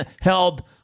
held